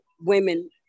women